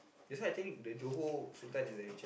that's why I think the Johor sultan is the richer